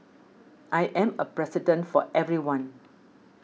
I am a President for everyone